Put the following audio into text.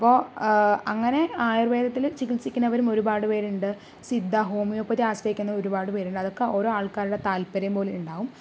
അപ്പോൾ അങ്ങനെ ആയുർവേദത്തിൽ ചികിത്സിക്കുന്നവരും ഒരുപാട് പേരുണ്ട് സിദ്ധ ഹോമിയോപ്പതി ആശ്രയിക്കുന്ന ഒരുപാട് പേരുണ്ട് അതൊക്കെ ഒരോ ആൾക്കാരുടെ താത്പര്യം പോലെ ഉണ്ടാകും